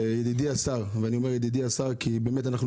ידידי השר אני אומר ידידי השר כי באמת אנחנו